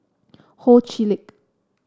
Ho Chee Lick